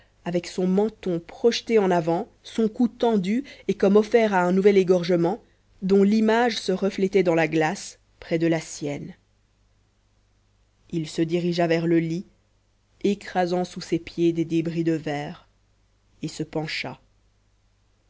avec son menton projeté en avant son cou tendu et comme offert à un nouvel égorgement dont l'image se reflétait dans la glace près de la sienne il se dirigea vers le lit écrasant sous ses pieds des débris de verre et se pencha